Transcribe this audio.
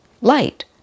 light